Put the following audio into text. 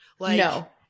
No